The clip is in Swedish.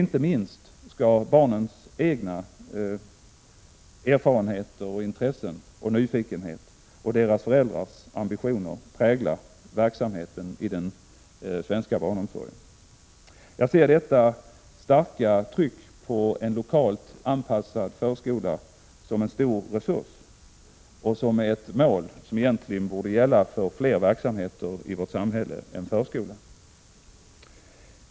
Inte minst skall barnens egna erfarenheter och intressen och deras nyfikenhet liksom deras föräldrars ambitioner prägla verksamheten i den svenska barnomsorgen. Jag ser detta starka tryck på en lokalt anpassad förskola som en stor resurs och som ett mål som egentligen borde gälla för fler verksamheter i vårt samhälle än förskolan.